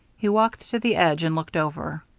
he walked to the edge and looked over.